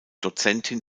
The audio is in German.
dozentin